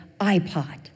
iPod